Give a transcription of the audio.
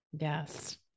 yes